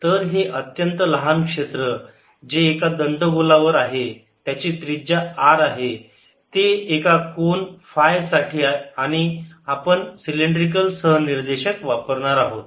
तर हे अत्यंत लहान क्षेत्र जे एका दंडगोला वर आहे त्याची त्रिज्या R आहे ते एका कोन फाय साठी आणि आपण सिलेंड्रिकल सहनिर्देशक वापरणार आहोत